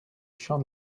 champ